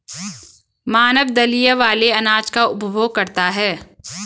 मानव दलिया वाले अनाज का उपभोग करता है